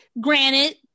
Granted